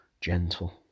gentle